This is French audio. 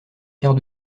quart